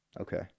Okay